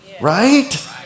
right